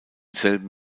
selben